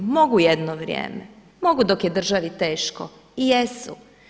Mogu jedno vrijeme, mogu dok je državi teško i jesu.